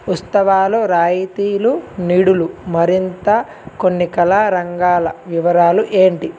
ఉత్సవాలు రాయితీలు నిడులు మరింత కొన్ని కళా రంగాల వివరాలు ఏంటి